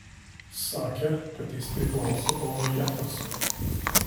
sakė kad jis priklausė tomui džefersonui